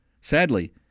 Sadly